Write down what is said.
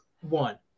one